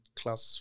class